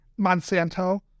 Monsanto